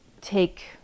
take